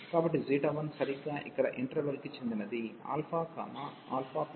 కాబట్టి 1 సరిగ్గా ఇక్కడ ఇంటర్వెల్కి చెందినది αα